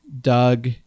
Doug